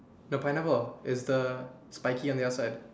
no pineapple is the spiky on the outside